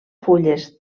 fulles